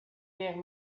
guerre